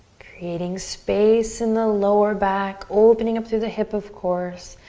creating space in the lower back, opening up through the hip of course.